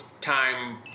time